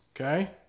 okay